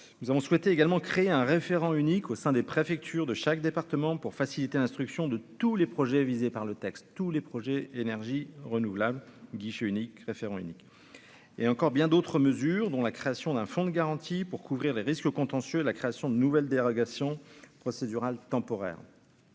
nous avons souhaité également créer un référent unique au sein des préfectures de chaque département pour faciliter, instruction de tous les projets visés par le texte, tous les projets, énergies renouvelables, guichet unique référent unique et encore bien d'autres mesures, dont la création d'un fonds de garantie pour couvrir les risques contentieux, la création de nouvelles dérogations procédural temporaire.